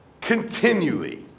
continually